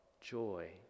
joy